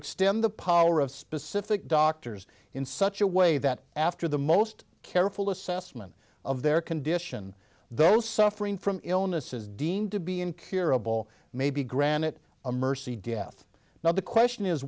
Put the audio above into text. extend the power of specific doctors in such a way that after the most careful assessment of their condition those suffering from illnesses deemed to be incurable may be granite a mercy death now the question is